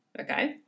okay